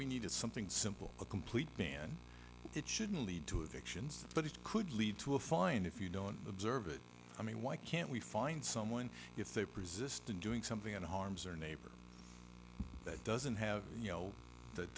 we needed something simple a complete ban it shouldn't lead to addictions but it could lead to a fine if you don't observe it i mean why can't we find someone if they persist in doing something and harms our neighbors that doesn't have you know that